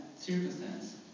circumstance